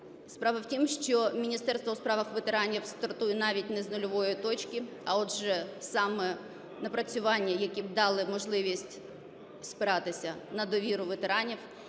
Справа в тім, що Міністерство у справах ветеранів стартує навіть не з нульової точки, а отже, саме напрацювання, які б дали можливість спиратися на довіру ветеранів,